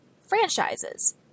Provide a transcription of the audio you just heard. franchises